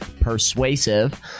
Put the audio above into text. Persuasive